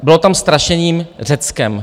Bylo tam strašení Řeckem.